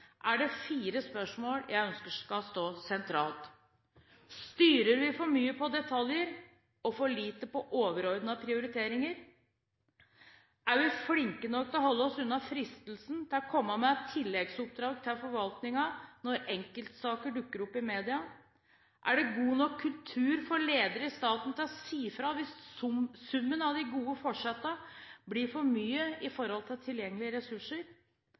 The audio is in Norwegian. er det fire spørsmål jeg ønsker skal stå sentralt: Styrer vi for mye på detaljer og for lite på overordnede prioriteringer? Er vi flinke nok til å holde oss unna fristelsen til å komme med tilleggsoppdrag til forvaltningen når enkeltsaker dukker opp i media? Er det god nok kultur for ledere i staten til å si fra hvis summen av de gode forsetter blir for mye i forhold til tilgjengelige ressurser?